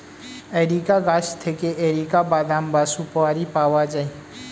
areca গাছ থেকে areca বাদাম বা সুপোরি পাওয়া যায়